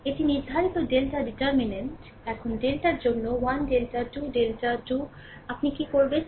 এটি নির্ধারিত ডেল্টা এখন ডেল্টার জন্য 1 ডেল্টা 2 ডেল্টা 2 আপনি কী করবেন